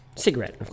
cigarette